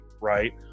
right